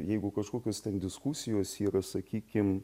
jeigu kažkokios ten diskusijos yra sakykim